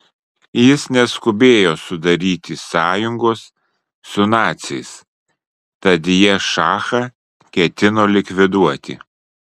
jis neskubėjo sudaryti sąjungos su naciais tad jie šachą ketino likviduoti